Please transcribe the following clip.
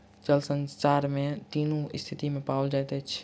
जल संसार में तीनू स्थिति में पाओल जाइत अछि